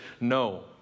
No